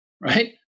right